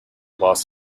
los